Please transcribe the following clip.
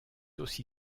aussi